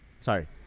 Sorry